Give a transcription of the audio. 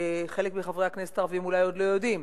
חלק מחברי הכנסת הערבים אולי עוד לא יודעים,